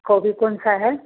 गोभी कौन सी है